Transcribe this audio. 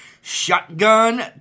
Shotgun